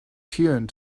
tune